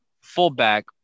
fullback